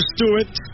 Stewart